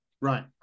Right